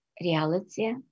reality